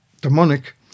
demonic